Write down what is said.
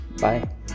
Bye